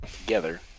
together